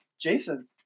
Jason